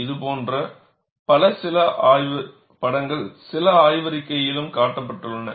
இதுபோன்ற படங்கள் சில ஆய்வறிக்கையிலும் காட்டப்பட்டுள்ளன